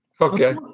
Okay